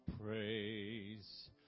praise